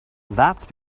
that’s